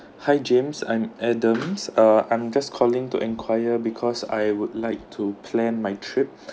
hi james I'm adams uh I'm just calling to enquire because I would like to plan my trip